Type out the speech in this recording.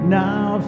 now